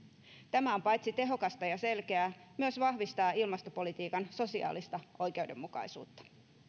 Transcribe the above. tämä on paitsi tehokasta ja selkeää myös vahvistaa ilmastopolitiikan sosiaalista oikeudenmukaisuutta